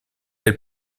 elle